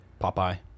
Popeye